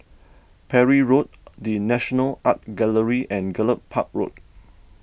Parry Road the National Art Gallery and Gallop Park Road